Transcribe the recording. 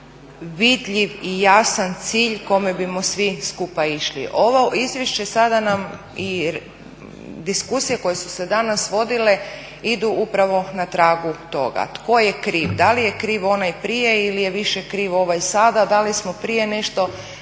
vidljiv i jasan cilj kome bimo svi skupa išli. Ovo izvješće sada nam i diskusije koje su se danas vodile idu upravo na tragu toga. Tko je kriv? Da li je kriv onaj prije ili je više kriv ovaj sada? Da li smo prije nešto